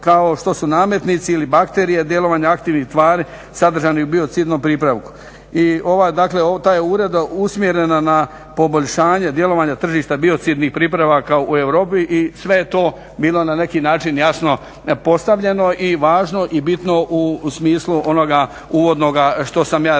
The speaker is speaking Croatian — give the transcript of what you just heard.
kao što su nametnici ili bakterije, djelovanje aktivnih tvari sadržanih u biocidnom pripravku. I ta je uredba usmjerena na poboljšanje djelovanja tržišta biocidnih pripravaka u Europi i sve je to bilo na neki način jasno postavljeno i važno i bitno u smislu onoga uvodnoga što sam ja rekao.